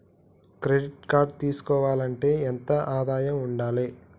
Credit card తీసుకోవాలంటే ఎంత ఆదాయం ఉండాలే?